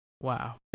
Wow